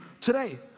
today